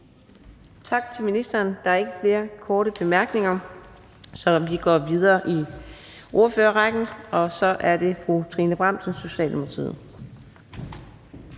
Tak til ministeren. Der er ikke flere korte bemærkninger. Så vi går videre i ordførerrækken, og det er fru Trine Bramsen, Socialdemokratiet.